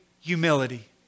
humility